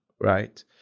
right